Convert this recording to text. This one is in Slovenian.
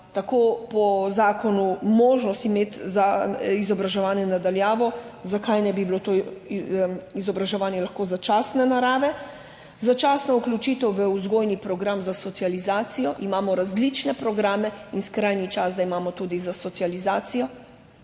imamo po zakonu možnost imeti, zakaj ne bi bilo to izobraževanje lahko začasne narave? Začasna vključitev v vzgojni program za socializacijo. Imamo različne programe in skrajni čas, da imamo tudi za socializacijo,